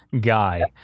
guy